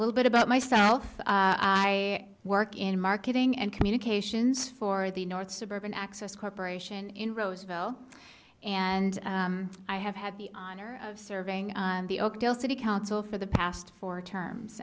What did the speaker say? little bit about myself i work in marketing and communications for the north suburban access corporation in roseville and i have had the honor of serving the oakdale city council for the past four terms